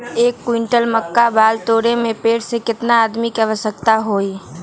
एक क्विंटल मक्का बाल तोरे में पेड़ से केतना आदमी के आवश्कता होई?